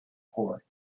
poor